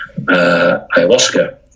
ayahuasca